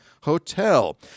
Hotel